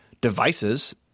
devices